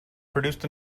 produced